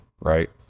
right